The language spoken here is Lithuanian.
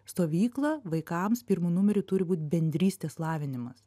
stovykla vaikams pirmu numeriu turi būt bendrystės lavinimas